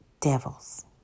devils